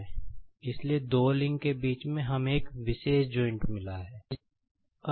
इसलिए दो लिंक के बीच में हमें एक विशेष जॉइंट् मिला है